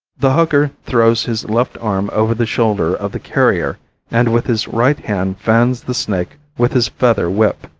the hugger throws his left arm over the shoulder of the carrier and with his right hand fans the snake with his feather whip.